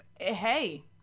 hey